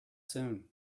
soon